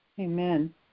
Amen